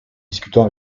discutons